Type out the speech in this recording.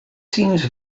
seems